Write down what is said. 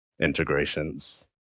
integrations